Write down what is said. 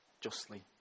justly